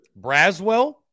Braswell